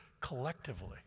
collectively